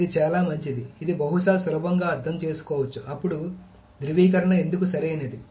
ఇది చాలా మంచిది ఇది బహుశా సులభంగా అర్థం చేసుకోవచ్చు అప్పుడు ధ్రువీకరణ ఎందుకు సరైనది